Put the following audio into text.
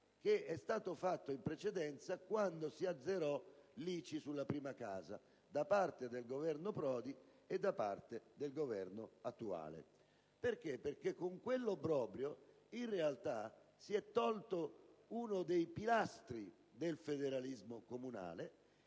che è stato realizzato in precedenza quando si azzerò l'ICI sulla prima casa da parte del Governo Prodi e poi del Governo attuale. Con quell'obbrobrio, in realtà, si è tolto uno dei pilastri del federalismo comunale.